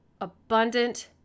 abundant